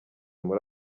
muri